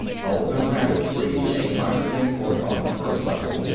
hulgun rabbits were even a minor import on the first level,